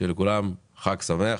שיהיה לכולם חג שמח.